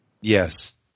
Yes